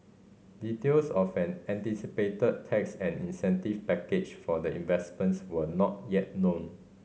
details of an anticipated tax and incentive package for the investment were not yet known